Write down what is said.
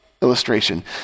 illustration